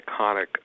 iconic